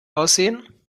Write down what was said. aussehen